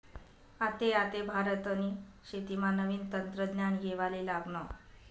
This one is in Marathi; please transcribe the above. आते आते भारतनी शेतीमा नवीन तंत्रज्ञान येवाले लागनं